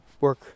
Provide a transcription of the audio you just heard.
work